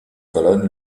colonne